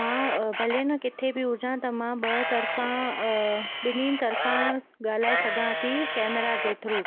मां भले न किथे बि हुजा त मां ॿ तरिफ़ा ॿिन्हिनि तरिफ़ा ॻाल्हाए सघां थी कैमरा जे थ्रू